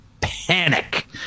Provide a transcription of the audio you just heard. panic